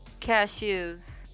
cashews